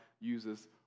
uses